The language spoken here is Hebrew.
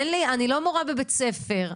אני לא מורה בבית ספר.